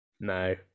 No